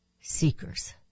seekers